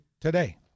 today